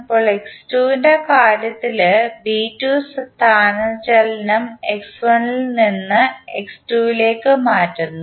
ഇപ്പോൾ x2 ൻറെ കാര്യത്തിൽ ബി 2 സ്ഥാനചലനം x1 ൽ നിന്ന് x2 ലേക്ക് മാറ്റുന്നു